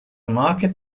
market